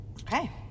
Okay